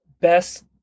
best